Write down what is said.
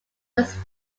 was